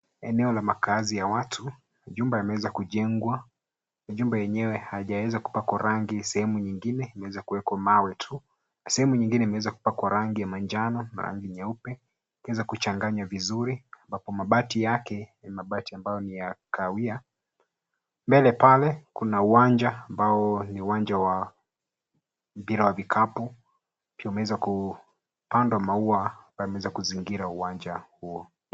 Eneo la makaazi ya watu, nyumba imeweza kujengwa. Nyumba yenyewe haijaweza kupakwa rangi sehemu nyingine imeweza kuweka mawe tu. Sehemu nyingine iweza kupakwa rangi ya manjano na rangi nyeupe ikiweza kuchanganya vizuri ambapo mabati yake ni mabati ambayo ni ya kahawia. Mbele pale kuna uwanja ambao ni uwanja wa mpira wa vikapu, ukiwa umeweza kupandwa maua yameweza kuzingira uwanja huo.